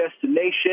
destination